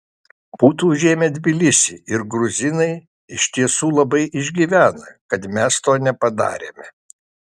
būtų užėmę tbilisį ir gruzinai iš tiesų labai išgyvena kad mes to nepadarėme